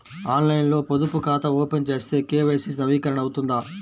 ఆన్లైన్లో పొదుపు ఖాతా ఓపెన్ చేస్తే కే.వై.సి నవీకరణ అవుతుందా?